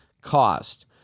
cost